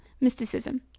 mysticism